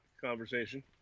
conversation